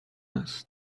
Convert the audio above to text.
است